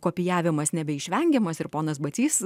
kopijavimas nebeišvengiamas ir ponas batsys